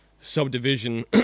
subdivision